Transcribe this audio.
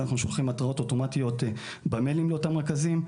אנחנו שולחים התראות אוטומטיות במיילים לאותם רכבים.